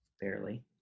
barely